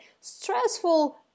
stressful